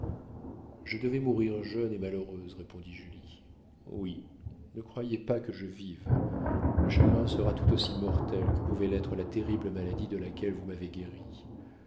je devais mourir jeune et malheureuse répondit julie oui ne croyez pas que je vive le chagrin sera tout aussi mortel que pouvait l'être la terrible maladie de laquelle vous m'avez guérie